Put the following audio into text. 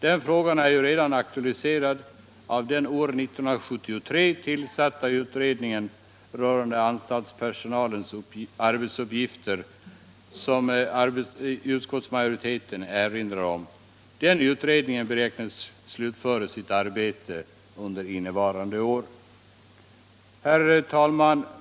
Den frågan är ju redan aktualiserad av den år 1973 tillsatta utredningen rörande anstaltspersonalens arbetsuppgifter, som utskottsmajoriteten erinrar om. Den utredningen beräknas slutföra sitt arbete innevarande år. Herr talman!